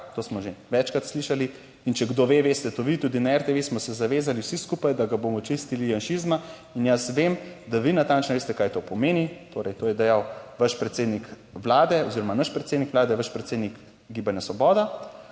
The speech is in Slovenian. to smo že večkrat slišali in če kdo ve, veste to vi, - "…tudi na RTV smo se zavezali vsi skupaj, da ga bomo čistili janšizma in jaz vem, da vi natančno veste kaj to pomeni." Torej, to je dejal vaš predsednik vlade oziroma naš predsednik vlade, vaš predsednik Gibanja Svoboda,